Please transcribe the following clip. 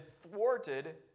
thwarted